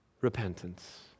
repentance